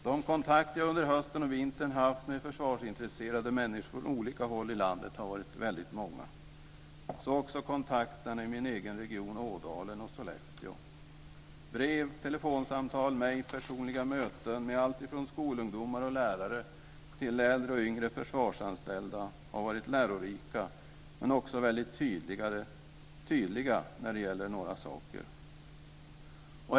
De kontakter som jag under hösten och vintern haft med försvarsintresserade människor från olika håll i landet har varit väldigt många, så också kontakterna i min egen region Ådalen och Sollefteå. Brev, telefonsamtal, mejl, personliga möten med alltifrån skolungdomar och lärare till äldre och yngre försvarsanställda har varit lärorika men också väldigt tydliga när det gäller några saker.